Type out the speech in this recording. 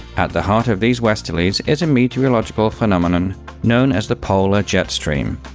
at the heart of these westerlies is a meteorological phenomenon known as the polar jet stream.